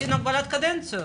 עשינו הגבלת קדנציות,